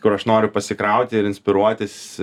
kur aš noriu pasikrauti ir inspiruotis